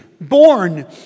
born